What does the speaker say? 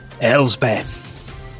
Elsbeth